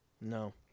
No